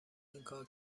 اینکار